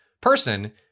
person